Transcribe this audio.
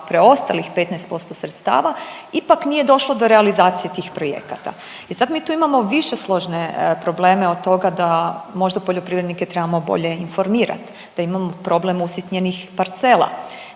preostalih 15% sredstava, ipak nije došlo do realizacije tih projekata i sad mi tu imamo višesložne probleme od toga da možda poljoprivrednike trebamo bolje informirati, da imamo problem usitnjenih parcela,